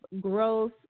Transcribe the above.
growth